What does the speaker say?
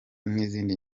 n’izindi